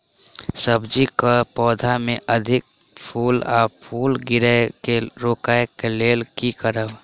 सब्जी कऽ पौधा मे अधिक फूल आ फूल गिरय केँ रोकय कऽ लेल की करब?